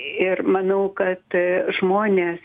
ir manau kad žmonės